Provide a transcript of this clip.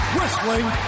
Wrestling